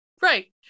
right